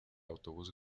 autobús